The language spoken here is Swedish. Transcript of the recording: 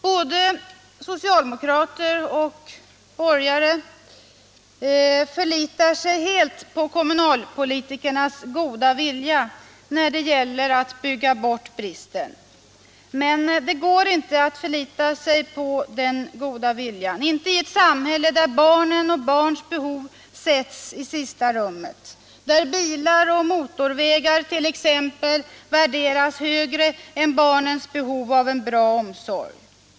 Såväl socialdemokrater som borgare förlitar sig helt på kommunalpolitikernas goda vilja när det gäller att bygga bort bristen. Men det går inte att förlita sig på den goda viljan, inte i ett samhälle där barnen och barnens behov sätts i sista rummet, där t.ex. bilar och motorvägar värderas högre än barnens behov av en god omsorg.